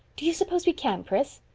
do you suppose we can, pris?